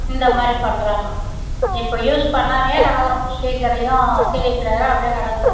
இந்த மாதிரி பண்ணுறாங்கோ இப்போ யூஸ் பண்ணாமையே கிடக்கறோம் ஸ்பீக்கரையும் சிடி பிளேயரும் அப்படியே கிடக்குது